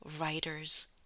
writer's